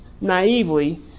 naively